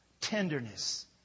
Tenderness